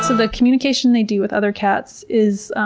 the communication they do with other cats is,